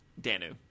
danu